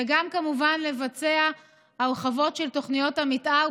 וגם כמובן לבצע הרחבות של תוכניות המתאר,